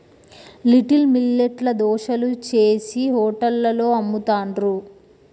little millet ల దోశలు చేశి హోటళ్లలో అమ్ముతాండ్రు